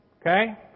okay